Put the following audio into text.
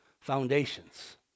foundations